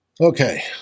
Okay